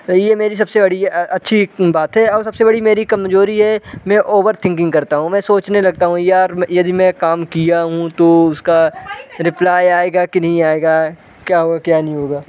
और ये मेरी सबसे बड़ी अच्छी बात है और सबसे बड़ी मेरी कमज़ोरी है मैं ओवरथिंकिंग करता हूँ मैं सोचने लगता हूँ यार यदि मैं काम किया हूँ तो उसका रिप्लाय आएगा कि नहीं आएगा क्या होगा क्या नहीं होगा